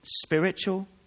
Spiritual